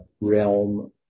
realm